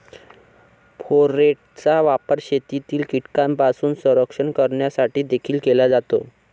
फोरेटचा वापर शेतातील कीटकांपासून संरक्षण करण्यासाठी देखील केला जातो